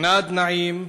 ענאד נעים,